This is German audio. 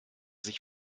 sich